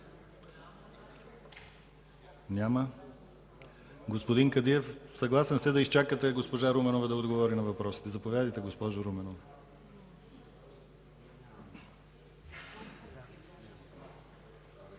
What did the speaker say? Няма. Господин Кадиев? Съгласен сте да изчакате госпожа Руменова да отговори на въпросите. Заповядайте, госпожо Руменова.